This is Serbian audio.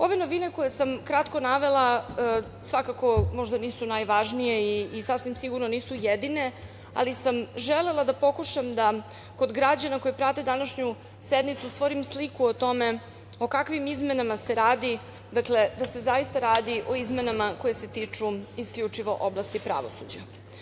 Ove novine koje sam kratko navela, svakako možda nisu najvažnije i sasvim sigurno nisu jedine, ali sam želela da pokušam da kod građana koji prate današnju sednicu stvorim sliku o tome o kakvim izmenama se radi, da se zaista radi o izmenama koje se tiču isključivo oblasti pravosuđa.